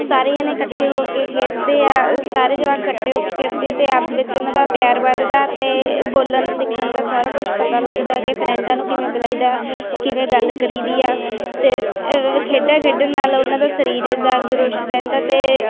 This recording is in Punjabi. ਸਾਰੇ ਜਾਣੇ ਇਕੱਠੇ ਹੋ ਕੇ ਖੇਡਦੇ ਆ ਸਾਰੇ ਜਵਾਕ ਇਕੱਠੇ ਹੋ ਕੇ ਖੇਡਦੇ ਆ ਅਤੇ ਆਪਸ ਵਿੱਚ ਉਹਨਾਂ ਦਾ ਪਿਆਰ ਵੱਧਦਾ ਅਤੇ ਬੋਲਣ ਸਿੱਖਣ ਦਾ ਸਾਰਾ ਕੁਛ ਪਤਾ ਲੱਗਦਾ ਕਿ ਫਰੈਂਡਾਂ ਨੂੰ ਕਿਵੇਂ ਬੁਲਾਈਦਾ ਕਿਵੇਂ ਗੱਲ ਕਰੀਦੀ ਆ ਅਤੇ ਖੇਡਾਂ ਖੇਡਣ ਨਾਲ ਉਹਨਾਂ ਦਾ ਸਰੀਰ ਤੰਗਰੁਸ਼ ਰਹਿੰਦਾ ਅਤੇ